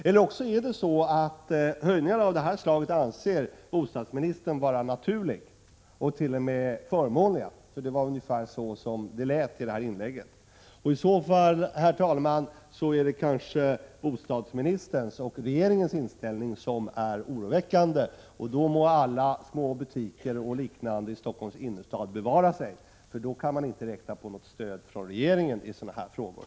Annars anser bostadsministern att en hyreshöjning av det här slaget är naturlig och t.o.m. förmånlig, för det var ungefär så det lät i hans inlägg. I så fall, herr talman, är det kanske bostadsministerns och regeringens inställning som är oroväckande. Då må alla små butiker och liknande i Stockholms innerstad bevara sig, för då kan de inte räkna med något stöd från regeringen i sådana här frågor.